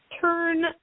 turn